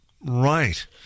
Right